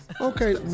Okay